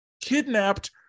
kidnapped